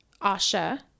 asha